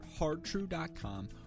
HardTrue.com